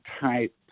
type